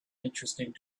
interesting